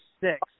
six